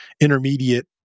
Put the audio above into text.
intermediate